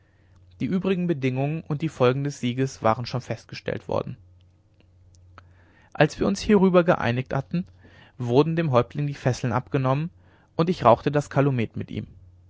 die übrigen bedingungen und die folgen des sieges waren schon festgestellt worden als wir uns hierüber geeinigt hatten wurden dem häuptling die fesseln abgenommen und ich rauchte das kalumet mit ihm